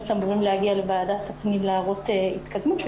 ובחודש מארס אמורים להגיע לוועדת הפנים להראות התקדמות.